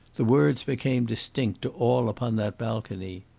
the words became distinct to all upon that balcony.